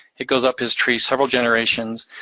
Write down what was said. he goes up his tree several generations,